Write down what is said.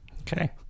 Okay